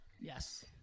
yes